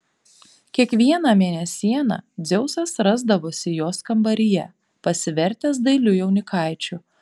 kiekvieną mėnesieną dzeusas rasdavosi jos kambaryje pasivertęs dailiu jaunikaičiu